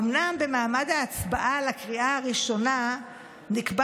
אומנם במעמד ההצבעה על הקריאה הראשונה נקבע